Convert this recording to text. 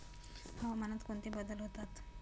हवामानात कोणते बदल होतात?